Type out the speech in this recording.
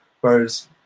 Whereas